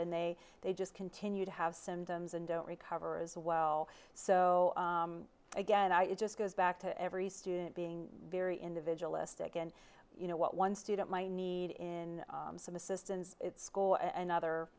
and they they just continue to have symptoms and don't recover as well so again i it just goes back to every student being very individualistic and you know what one student might need in some assistance school and other